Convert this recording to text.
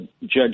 Judge